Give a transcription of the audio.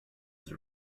his